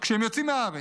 כשהם יוצאים מהארץ.